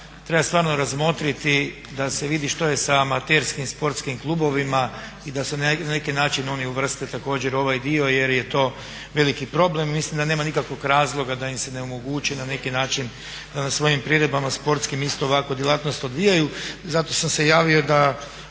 treba stvarno razmotriti da se vidi što je sa amaterskim sportskim klubovima i da se na neki način oni uvrste također u ovaj dio, jer je to veliki problem. Mislim da nema nikakvog razloga da im se ne omogući na neki način da na svojim priredbama sportskim isto ovakvu djelatnost odvijaju i zato sam se javio da